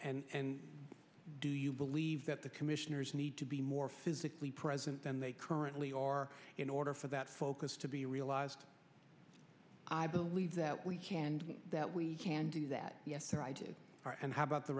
that and do you believe that the commissioners need to be more physically present than they currently are in order for that focus to be realized i believe that we can do that we can do that yes sir i did and how about the